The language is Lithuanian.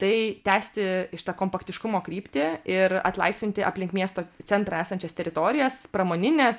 tai tęsti šitą kompaktiškumo kryptį ir atlaisvinti aplink miesto centrą esančias teritorijas pramonines